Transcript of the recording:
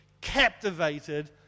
captivated